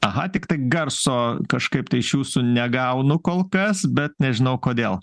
aha tiktai garso kažkaip tai iš jūsų negaunu kol kas bet nežinau kodėl